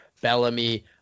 Bellamy